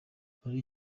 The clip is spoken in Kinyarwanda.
hari